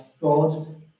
God